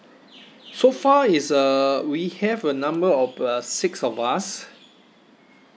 so far is uh we have a number of uh six of us